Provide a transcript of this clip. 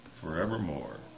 forevermore